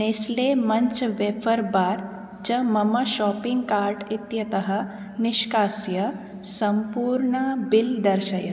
Nestle Munch wafer bar च मम shopping cart इत्यतः निष्कास्य सम्पूर्णं बिल् दर्शय